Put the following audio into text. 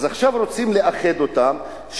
אז עכשיו רוצים לאחד אותן,